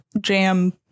jam